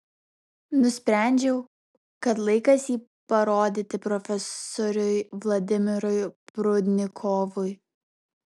nusprendžiau kad laikas jį parodyti profesoriui vladimirui prudnikovui